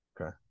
Okay